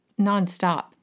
nonstop